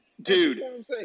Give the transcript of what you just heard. Dude